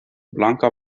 blanka